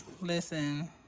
Listen